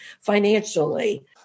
financially